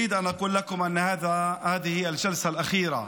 אני רוצה להגיד לכם שזו הישיבה האחרונה